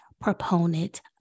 proponent